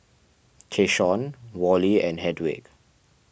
Keshaun Worley and Hedwig